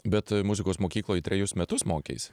bet muzikos mokykloj trejus metus mokeisi